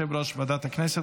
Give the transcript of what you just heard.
התשפ"ד 2024,